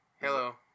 Hello